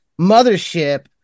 mothership